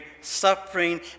suffering